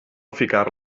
ficar